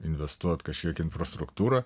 investuot kažkiek infrastruktūrą